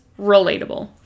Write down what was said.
relatable